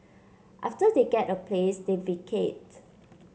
after they get a place they vacate